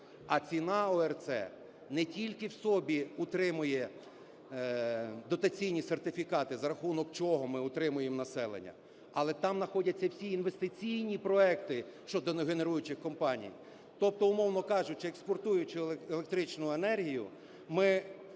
а ціна ОРЦ не тільки в собі утримує дотаційні сертифікати, за рахунок чого ми утримуємо населення, але там знаходяться всі інвестиційні проекти щодо генеруючих компаній. Тобто, умовно кажучи, експортуючи електричну енергію, ми за рахунок